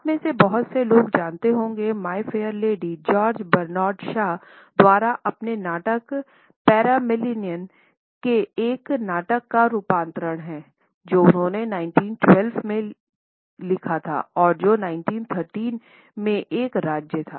आप में से बहुत से लोग जानते होंगे My Fair Lady George Bernard Shaw द्वारा अपने नाटक पैग्मलियन के एक नाटक का रूपांतरण है जो उन्होंने 1912 में खर्च किया और जो 1913 में एक राज्य था